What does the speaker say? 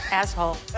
asshole